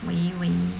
喂喂